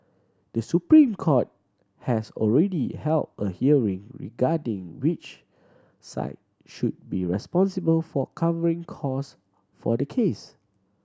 The Supreme Court has already held a hearing regarding which side should be responsible for covering cost for the case